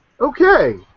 Okay